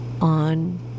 on